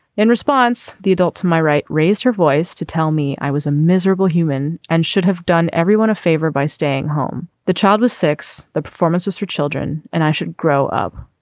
in response the adult to my right raised her voice to tell me i was a miserable human and should have done everyone a favor by staying home. the child was six. the performance was for children and i should grow up.